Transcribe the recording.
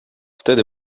wtedy